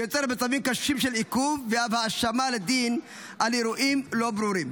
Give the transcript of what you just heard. שיוצרת מצבים קשים של עיכוב והאשמה בדין על אירועים לא ברורים.